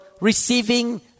receiving